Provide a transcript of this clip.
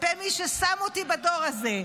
כלפי מי ששם אותי בדור הזה,